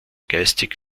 geistig